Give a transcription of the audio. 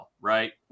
right